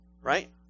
right